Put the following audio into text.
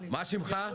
מה שמך?